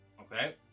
Okay